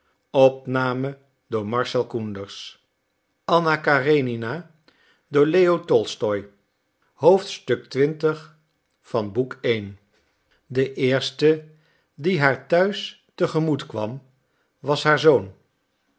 de eerste die haar thuis te gemoet kwam was haar zoon